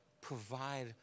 provide